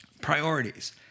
priorities